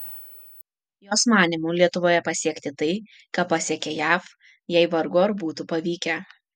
jos manymu lietuvoje pasiekti tai ką pasiekė jav jai vargu ar būtų pavykę